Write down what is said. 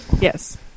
Yes